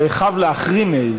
זה חב לאחריני,